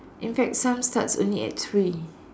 in fact some starts only at three